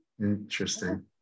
Interesting